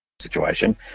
situation